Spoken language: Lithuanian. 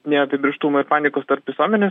neapibrėžtumo ir panikos tarp visuomenės